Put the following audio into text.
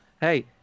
hey